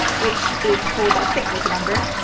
which is called a cyclic number,